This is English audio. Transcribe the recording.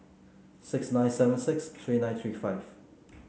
six nine seven six three nine three five